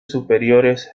superiores